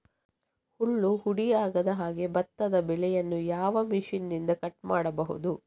ಹುಲ್ಲು ಹುಡಿ ಆಗದಹಾಗೆ ಭತ್ತದ ಬೆಳೆಯನ್ನು ಯಾವ ಮಿಷನ್ನಿಂದ ಕಟ್ ಮಾಡಬಹುದು?